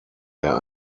der